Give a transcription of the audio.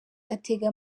atega